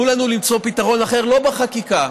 תנו לנו למצוא פתרון אחר, לא בחקיקה.